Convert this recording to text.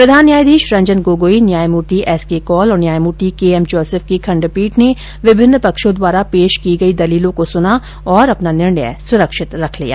प्रधान न्यायाधीश रंजन गोगोई न्यायमूर्ति S K Kaul और न्यायमूर्ति के एम जोसफ की खंडपीठ ने विभिन्न पक्षों द्वारा पेश की गई दलीलों को सुना और अपना निर्णय सुरक्षित रख लिया